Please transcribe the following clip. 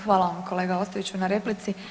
Hvala vam kolega Ostojiću na replici.